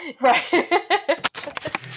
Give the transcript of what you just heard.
Right